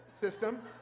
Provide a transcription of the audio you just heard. system